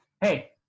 hey